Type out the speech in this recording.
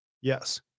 Yes